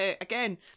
again